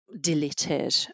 deleted